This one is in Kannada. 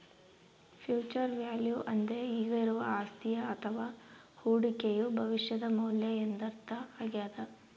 ಫ್ಯೂಚರ್ ವ್ಯಾಲ್ಯೂ ಅಂದ್ರೆ ಈಗ ಇರುವ ಅಸ್ತಿಯ ಅಥವ ಹೂಡಿಕೆಯು ಭವಿಷ್ಯದ ಮೌಲ್ಯ ಎಂದರ್ಥ ಆಗ್ಯಾದ